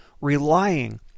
relying